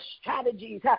strategies